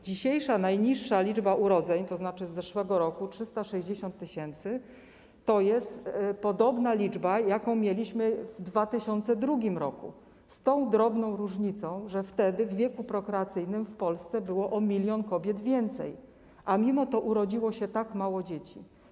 Dzisiejsza najniższa liczba urodzeń, tzn. z zeszłego roku, czyli 360 tys., jest podobna do liczby, jaką mieliśmy w 2002 r., z tą drobną różnicą, że wtedy w wieku prokreacyjnym w Polsce było o 1 mln kobiet więcej, a mimo to rodziło się tak mało dzieci.